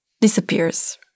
disappears